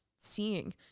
seeing